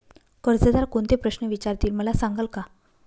कर्जदार कोणते प्रश्न विचारतील, मला सांगाल का?